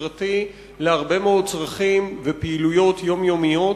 פרטי להרבה מאוד צרכים ופעילויות יומיומיות.